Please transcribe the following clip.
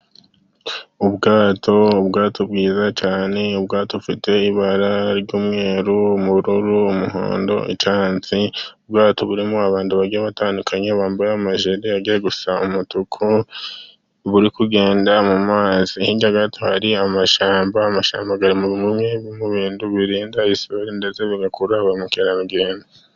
Ubwato, ubwato bwiza cyane, ubwato bufite ibara ry'umweru, ubururu umuhondo icyatsi. Ubwato burimo abantu bagiye batandukanye bambaye amajire ajya gusa umutuku, buri kugenda mu mazi. Hirya yabwo hari amashyamba. Amashamba agaragara mu bintu birinda isuri ndetse, bigakurura ba mukerarugendo.